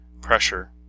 pressure